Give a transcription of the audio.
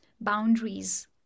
boundaries